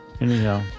Anyhow